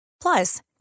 Plus